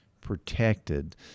protected